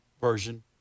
Version